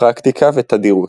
פרקטיקה ותדירות.